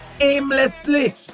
aimlessly